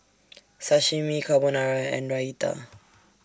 Sashimi Carbonara and Raita